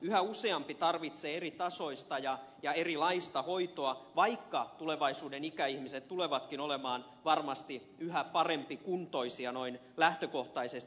yhä useampi tarvitsee eritasoista ja erilaista hoitoa vaikka tulevaisuuden ikäihmiset tulevatkin olemaan varmasti yhä parempikuntoisia noin lähtökohtaisesti